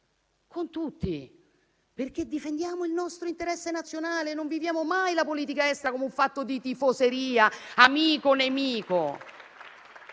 con tutti, perché difendiamo il nostro interesse nazionale: non viviamo mai la politica estera come un fatto di tifoseria, amico-nemico.